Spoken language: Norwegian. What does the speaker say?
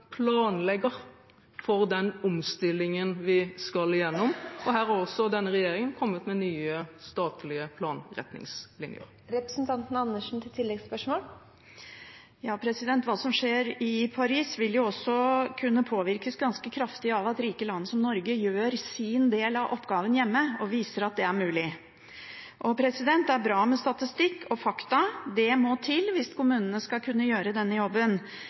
planlegger for den omstillingen vi skal igjennom. Her har denne regjeringen kommet med nye statlige planretningslinjer. Hva som skjer i Paris, vil også kunne påvirkes ganske kraftig av at rike land som Norge gjør sin del av oppgaven hjemme, og viser at det er mulig. Det er bra med statistikk og fakta – det må til hvis kommunene skal kunne gjøre denne jobben.